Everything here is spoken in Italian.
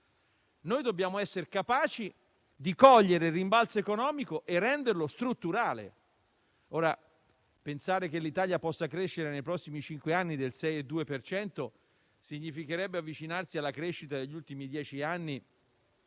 noi dobbiamo essere capaci di coglierlo e renderlo strutturale. Ora, pensare che l'Italia possa crescere nei prossimi cinque anni del 6,2 per cento significherebbe avvicinarsi alla crescita degli ultimi dieci anni